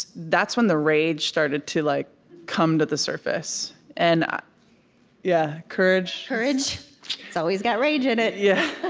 that's when the rage started to like come to the surface. and ah yeah courage? courage it's always got rage in it yeah